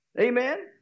Amen